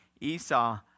Esau